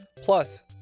Plus